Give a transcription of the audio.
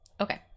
Okay